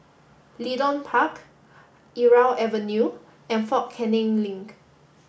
Leedon Park Irau Avenue and Fort Canning Link